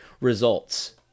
results